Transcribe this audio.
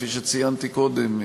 כפי שציינתי קודם,